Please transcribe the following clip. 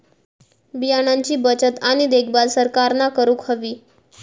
बियाणांची बचत आणि देखभाल सरकारना करूक हवी